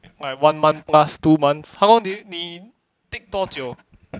like one month plus two months how long do you need 你 take 多久